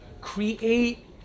create